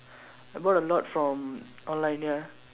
I bought a lot from online ya